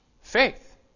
faith